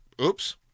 Oops